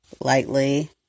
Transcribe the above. lightly